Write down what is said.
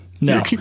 No